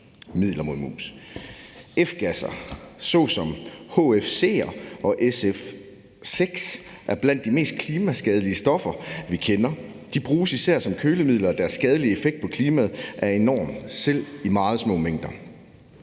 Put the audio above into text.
F-gasser såsom HFC'er og SF6 er blandt de mest klimaskadelige stoffer, vi kender. De bruges især som kølemidler, og deres skadelige effekt på klimaet er enorme selv i meget små mængder.